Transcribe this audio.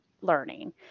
learning